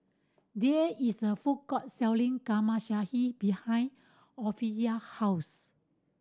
there is a food court selling behind Ophelia house